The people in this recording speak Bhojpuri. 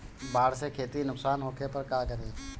बाढ़ से खेती नुकसान होखे पर का करे?